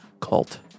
cult